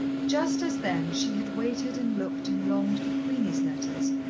just as then she had waited and looked and longed for queenie's letters,